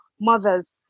mothers